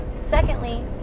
Secondly